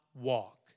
walk